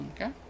Okay